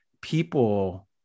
people